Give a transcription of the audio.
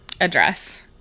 address